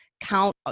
count